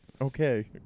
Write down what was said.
Okay